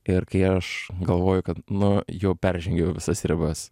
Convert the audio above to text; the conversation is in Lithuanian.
ir kai aš galvoju kad nu jau peržengiau visas ribas